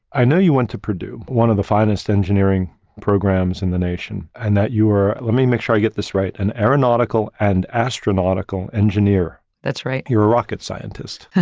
i know you went to purdue, one of the finest engineering programs in the nation, and that you are let me make sure i get this right an aeronautical and astronautical engineer. that's right. you're a rocket scientist,